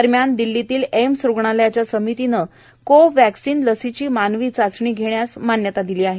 दरम्यान दिल्लीतल्या एम्स रुग्णालयाच्या समितीने को व्हाक्सीन लसीची मानवी चाचणी घेण्यास मान्यता दिली आहे